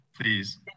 please